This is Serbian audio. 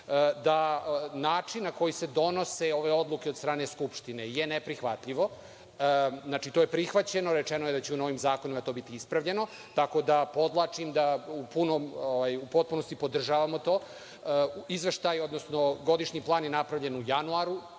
da način na koji se donose ove odluke od strane Skupštine je neprihvatljiv. Znači, to je prihvaćeno, rečeno je da će u novim zakonima to biti ispravljeno, tako da podvlačim da u potpunosti podržavamo to. Izveštaj, odnosno godišnji plan je napravljen u januaru,